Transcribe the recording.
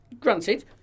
granted